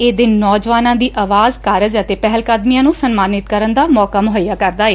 ਇਹ ਦਿਨ ਨੌਜਵਾਨਾਂ ਦੀ ਅਵਾਜ਼ ਕਾਰਜ ਅਤੇ ਪਹਿਲਕਦਮੀਆਂ ਨੰ ਸਨਮਾਨਿਤ ਕਰਨ ਦਾ ਮੌਕਾ ਮੁਹੱਈਆ ਕਰਦਾ ਏ